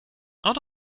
out